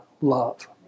love